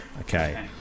Okay